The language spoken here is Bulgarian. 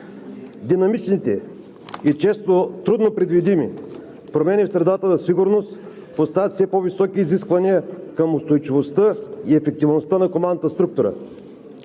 Динамичните и често трудно предвидими промени в средата за сигурност поставят все по-високи изисквания към устойчивостта и ефективността на командната структура.